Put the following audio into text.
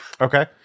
Okay